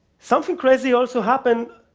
something crazy also happened.